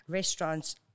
Restaurants